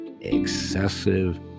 excessive